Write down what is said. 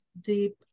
deep